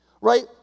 right